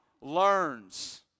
learns